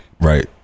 Right